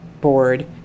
board